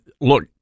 look